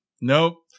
nope